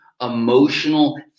emotional